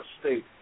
state